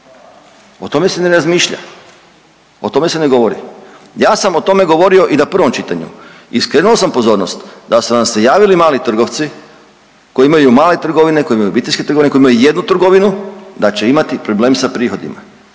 O tome se ne razmišlja. O tome se ne govori. Ja sam o tome govorio i na prvom čitanju i skrenuo sam pozornost da su nam se javili mali trgovci koji imaju male trgovine, koji imaju obiteljske trgovine, koji imaju jednu trgovinu, da će imati problem sa prihodima,